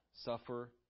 suffer